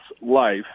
life